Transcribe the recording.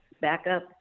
backup